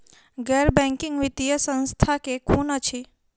गैर बैंकिंग वित्तीय संस्था केँ कुन अछि?